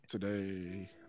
Today